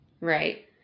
right